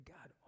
God